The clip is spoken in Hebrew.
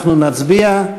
אנחנו נצביע.